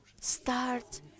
start